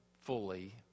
fully